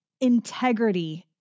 integrity